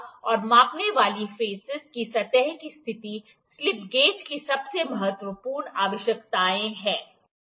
और मापने वाले फेसस की सतह की स्थिति स्लिप गेज की सबसे महत्वपूर्ण आवश्यकताएं हैं